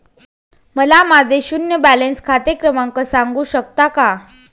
मला माझे शून्य बॅलन्स खाते क्रमांक सांगू शकता का?